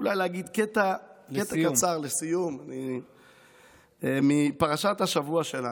אולי להגיד קטע קצר לסיום מפרשת השבוע שלנו,